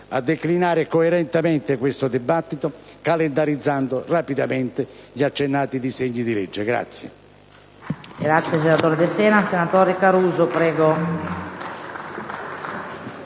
a declinare coerentemente questo dibattito calendarizzando rapidamente gli accennati disegni di legge.